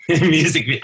music